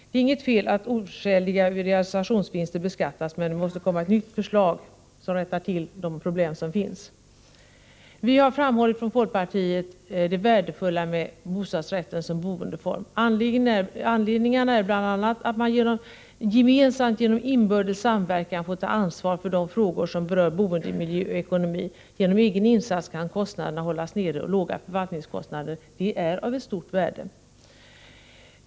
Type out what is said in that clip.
Det är inget fel att oskäliga realisationsvinster beskattas, men det måste komma ett nytt förslag som rättar till de problem som finns. Vi har från folkpartiet framhållit det värdefulla med bostadsrätten som boendeform. Anledningen är bl.a. att man gemensamt genom inbördes samverkan får ta ansvar för de frågor som berör boendemiljö och ekonomi. Genom egen insats kan kostnaderna hållas nere, och låga förvaltningskostnader är av stort värde.